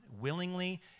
willingly